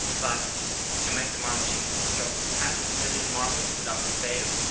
but to make the marble machine drop ten million marbles without fail,